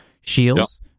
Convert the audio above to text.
Shields